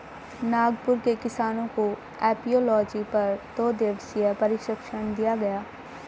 नागपुर के किसानों को एपियोलॉजी पर दो दिवसीय प्रशिक्षण दिया गया